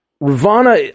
Ravana